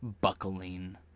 buckling